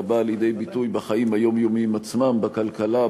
אלא באה לידי ביטוי בחיים היומיומיים עצמם: בכלכלה,